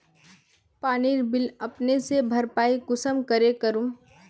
पानीर बिल अपने से भरपाई कुंसम करे करूम?